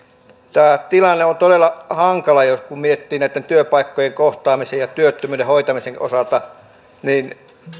tämä tilanne on todella hankala ja kun miettii näitten työpaikkojen kohtaamisen ja työttömyyden hoitamisen osalta niin